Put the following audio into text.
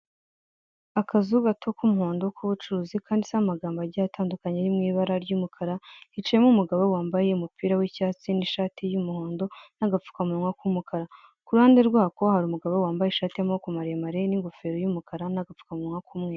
Akazu gato ku muhondo kubucuruzi kanditseho amagambo agiye atandukanye yo mwibara ry'umukara, hicayemo umugabo wambaye umupira wicyatsi n'ishati y'umuhondo n'agapfukamunywa k'umukara, kuruhande rwako hari umugabo wambaye ishati y'amaboko maremare n'ingofero y'umukara n'agapfukamunywa k'umweru.